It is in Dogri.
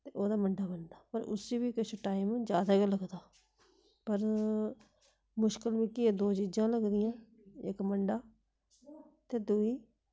ते ओह्दा मंडा बनदा पर उसी बी किश टाइम ज्यादा गै लगदा पर मुश्कल मिगी एह् दो चीज़ां लगदियां इक मंडा ते दुई